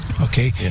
Okay